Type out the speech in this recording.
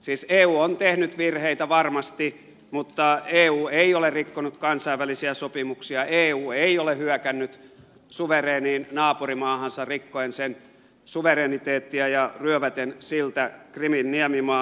siis eu on tehnyt virheitä varmasti mutta eu ei ole rikkonut kansainvälisiä sopimuksia eu ei ole hyökännyt suvereeniin naapurimaahansa rikkoen sen suvereniteettia ja ryöväten siltä krimin niemimaan